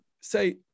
say